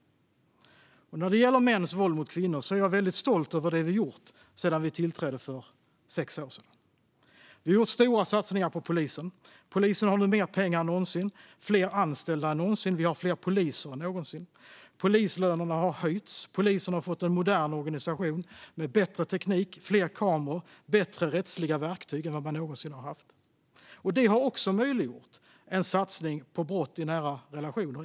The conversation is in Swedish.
När det gäller mäns våld mot kvinnor är jag väldigt stolt över det vi gjort sedan vi tillträdde för sex år sedan. Vi har gjort stora satsningar på polisen. Polisen har nu mer pengar än någonsin och fler anställda än någonsin, och vi har fler poliser än någonsin. Polislönerna har höjts. Polisen har fått en modern organisation med bättre teknik, fler kameror och bättre rättsliga verktyg än man någonsin tidigare haft. Detta har också möjliggjort en satsning mot brott i nära relationer.